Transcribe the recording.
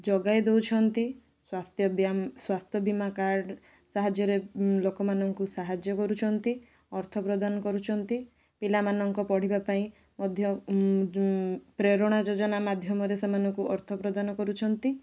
ଯୋଗାଇ ଦଉଛନ୍ତି ସ୍ୱାସ୍ଥ୍ୟ ସ୍ୱାସ୍ଥ୍ୟ ବୀମା କାର୍ଡ଼ ସାହାଯ୍ୟରେ ଲୋକମାନଙ୍କୁ ସାହାଯ୍ୟ କରୁଛନ୍ତି ଅର୍ଥ ପ୍ରଦାନ କରୁଛନ୍ତି ପିଲାମାନଙ୍କ ପଢ଼ିବା ପାଇଁ ମଧ୍ୟ ପ୍ରେରଣା ଯୋଜନା ମାଧ୍ୟମରେ ସେମାନଙ୍କୁ ଅର୍ଥ ପ୍ରଦାନ କରୁଛନ୍ତି